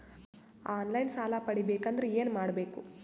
On line ಸಾಲ ಪಡಿಬೇಕಂದರ ಏನಮಾಡಬೇಕು?